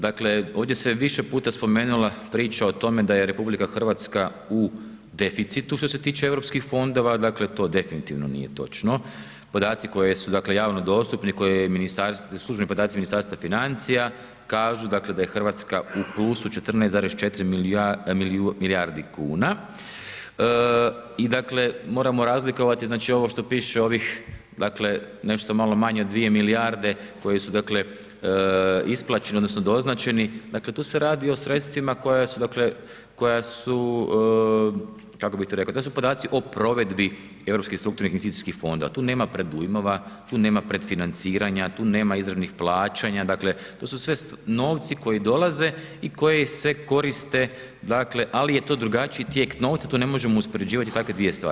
Dakle, ovdje se više puta spomenula priča o tome da je RH u deficitu što se tiče europskih fondova, dakle to definitivno nije točno, podaci koji su javno dostupni, službeni podaci Ministarstva financija kažu dakle da je Hrvatska u plusu, 14,4 milijardi kuna i dakle moramo razlikovati ovo što piše, ovih dakle nešto malo manje od 2 milijarde koje su isplaćene odnosno doznačeni, dakle tu se radi o sredstvima koja su kako bi to rekao, to su podaci o provedbi europskih strukturnih investicijskih fondova, tu nema predujmova, tu nema predfinanciranja, tu nema izravnih plaćanja, dakle to su sve novci koji dolaze i koji se koriste ali je to drugačiji tijek novca, tu ne možemo uspoređivati takve dvije stvari.